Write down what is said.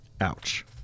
Ouch